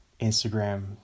Instagram